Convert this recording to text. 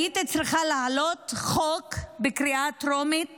הייתי צריכה להעלות חוק בקריאה טרומית